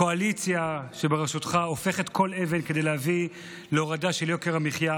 הקואליציה שברשותך הופכת כל אבן כדי להביא להורדה של יוקר המחיה.